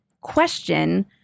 question